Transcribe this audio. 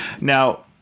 Now